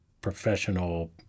professional